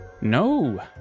No